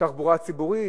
תחבורה ציבורית,